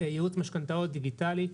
ייעוץ משכנתאות דיגיטלי,